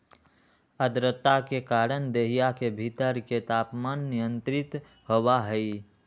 आद्रता के कारण देहिया के भीतर के तापमान नियंत्रित होबा हई